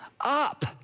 up